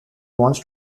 wants